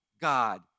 God